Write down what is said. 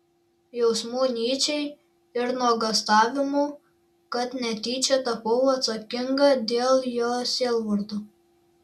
jausmų nyčei ir nuogąstavimų kad netyčia tapau atsakinga dėl jo sielvarto